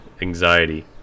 anxiety